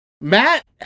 Matt